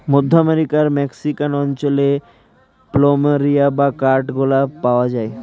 মধ্য আমেরিকার মেক্সিকান অঞ্চলে প্ল্যামেরিয়া বা কাঠ গোলাপ পাওয়া যায়